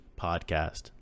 Podcast